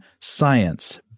Science